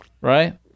right